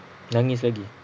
nangis lagi